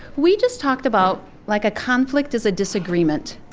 we just talked about, like a conflict is a disagreement.